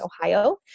Ohio